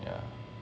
yeah